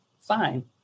fine